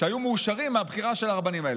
שהיו מאושרים מהבחירה של הרבנים האלה.